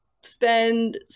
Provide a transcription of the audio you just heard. spend